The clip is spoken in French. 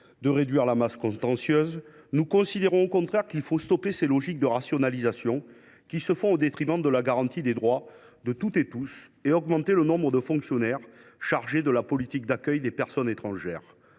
de réduire la masse contentieuse, nous considérons qu’il faut stopper ces logiques de rationalisation, qui se déploient au détriment de la garantie des droits de toutes et tous, et augmenter le nombre de fonctionnaires chargés de la politique d’accueil des personnes étrangères.